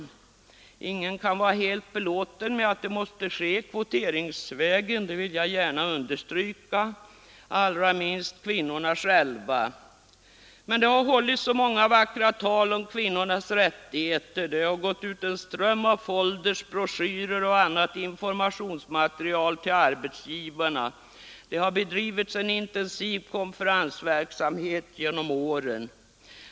Jag vill gärna understryka att ingen kan vara helt belåten med att det måste ske kvoteringsvägen — allra minst kvinnorna själva. Men det har hållits så många vackra tal om kvinnornas rättigheter, det har gått ut en ström av foldrar, broschyrer och annat informationsmaterial till arbetsgivarna och det har bedrivits en intensiv konferensverksamhet genom åren.